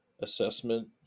assessment